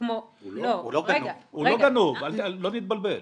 הוא לא גנוב, לא נתבלבל.